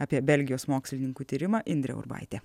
apie belgijos mokslininkų tyrimą indrė urbaitė